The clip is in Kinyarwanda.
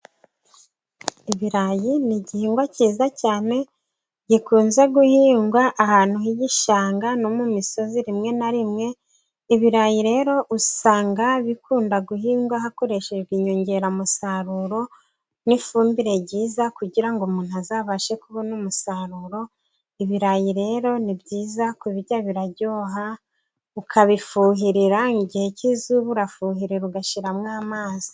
Ibirayi ni igihingwa cyiza cyane gikunze guhingwa ahantu hi igishanga no mu misozi rimwe na rimwe, ibirayi rero usanga bikunda guhingwa hakoreshejwe inyongeramusaruro n'ifumbire ryiza, kugira umuntu azabashe kubona umusaruro, ibirayi rero ni byiza kubirya biraryoha ukabifuhirira igihe cy'izuba urafuhire ugashiramo amazi.